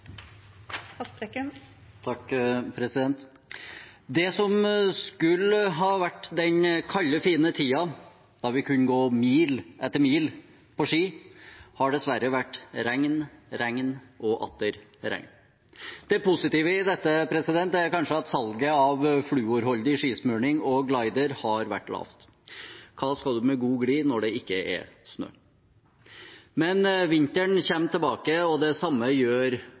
Det som skulle ha vært den kalde fine tiden da vi kunne ha gått mil etter mil på ski, har dessverre vært regn, regn og atter regn. Det positive i dette er kanskje at salget av fluorholdig skismurning og glider har vært lavt. Hva skal man med god glid når det ikke er snø? Men vinteren kommer tilbake, og det samme gjør